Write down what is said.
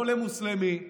לא למוסלמי,